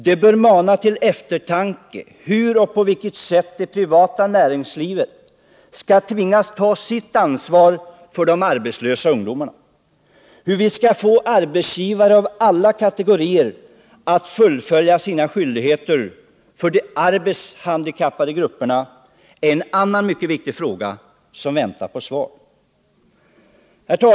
Det bör mana till eftertanke: Hur och på vilket sätt skall det privata näringslivet tvingas ta sitt ansvar för de arbetslösa ungdomarna? Hur vi skall få arbetsgivare av alla kategorier att fullfölja sina skyldigheter gentemot de arbetshandikappade grupperna är en annan mycket viktig fråga, som väntar på svar. Herr talman!